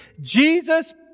Jesus